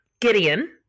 Gideon